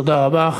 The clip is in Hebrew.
תודה רבה.